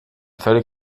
völlig